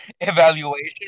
Evaluation